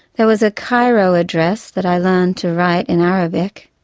there was a cairo address that i learned to write in arabic.